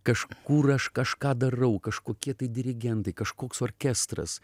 kažkur aš kažką darau kažkokie tai dirigentai kažkoks orkestras